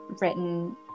written